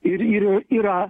ir ir yra